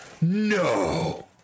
no